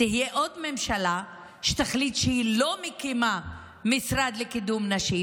תהיה ממשלה שתחליט שהיא לא מקימה משרד לקידום נשים,